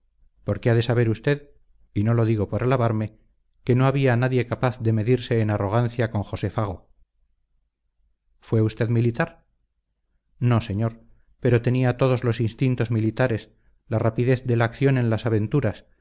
porque ha de saber usted y no lo digo por alabarme que no había nadie capaz de medirse en arrogancia con josé fago fue usted militar no señor pero tenía todos los instintos militares la rapidez de la acción en las aventuras